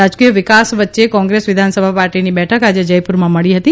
રાજકીય વિકાસ વચ્ચે કોંગ્રેસ વિધાનસભા પાર્ટીની બેઠક આજે જયપુરમાં મળી હતી